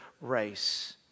race